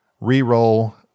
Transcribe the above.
re-roll